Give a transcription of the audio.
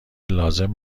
لازم